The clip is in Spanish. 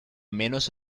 menos